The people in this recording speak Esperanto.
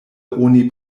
oni